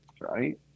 right